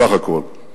בסך הכול,